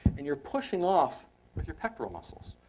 and you're pushing off with your pectoral muscles.